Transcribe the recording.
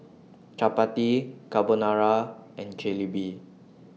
Chapati Carbonara and Jalebi